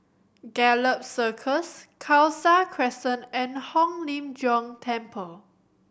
Gallop Circus Khalsa Crescent and Hong Lim Jiong Temple